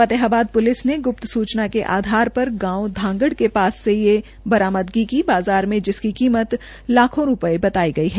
Fatehabad police ने ग्र्प सूचना के आधार पर गांव धांगड के पाससे बरामदगी की बाज़ार में जिसकी कीमत लाखों रूपये बताई गई है